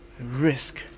risk